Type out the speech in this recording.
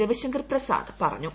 രവിശങ്കർ പ്രസാദ് പറഞ്ഞു